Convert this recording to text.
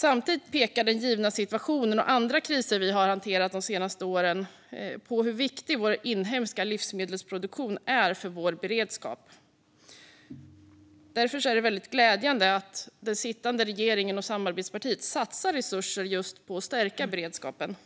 Samtidigt pekar den givna situationen och andra kriser vi har hanterat de senaste åren på hur viktig den inhemska livsmedelsproduktionen är för vår beredskap. Det är därför väldigt glädjande att sittande regering med dess samarbetsparti satsar resurser på att stärka beredskapen.